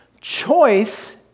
Choice